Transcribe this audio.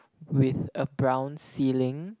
with a brown ceiling